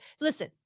Listen